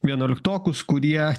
vienuoliktokus kurie